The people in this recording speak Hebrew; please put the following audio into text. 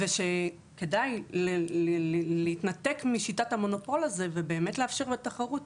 כדאי להתנתק משיטת המונופול הזו ובאמת לאפשר לתחרות.